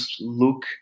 look